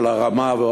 אל ציונו של הרמ"א,